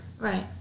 right